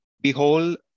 Behold